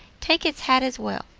take its hat as well?